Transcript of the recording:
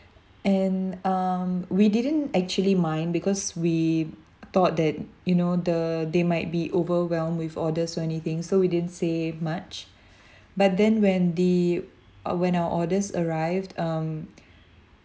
and um we didn't actually mind because we thought that you know the they might be overwhelmed with orders or anything so we didn't say much but then when the when our orders arrived um